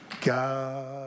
God